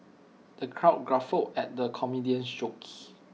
the crowd guffawed at the comedian's jokes